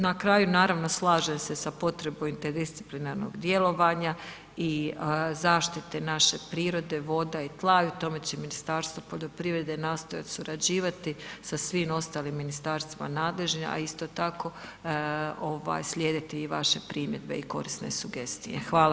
Na kraju naravno, slažem se sa potrebom interdisciplinarnog djelovanja i zaštite naše prirode, voda i tla i u tome će Ministarstvo poljoprivrede nastojati surađivati sa svim ostalim ministarstvima nadležnim a isto tako slijediti i vaše primjedbe i korisne sugestije, hvala lijepa.